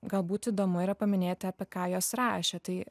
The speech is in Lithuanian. galbūt įdomu yra paminėti apie ką jos rašė tai